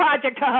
Project